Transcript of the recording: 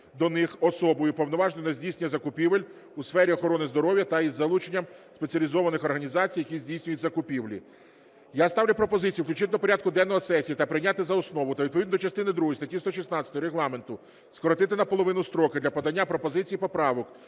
до них особою, уповноваженою на здійснення закупівель у сфері охорони здоров'я, та із залученням спеціалізованих організацій, які здійснюють закупівлі. Я ставлю пропозицію включити до порядку денного сесії та прийняти за основу, та відповідно до частини другої статті 116 Регламенту скоротити на половину строки для подання пропозицій і поправок